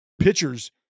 pitchers